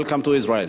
Welcome to Israel.